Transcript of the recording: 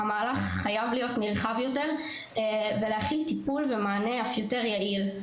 המערך חייב להיות נרחב יותר ולהכיל טיפול ומענה אף יותר יעיל.